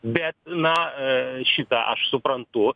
bet na šitą aš suprantu